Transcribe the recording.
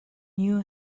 new